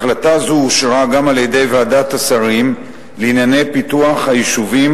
החלטה זו אושרה גם על-ידי ועדת השרים לענייני פיתוח היישובים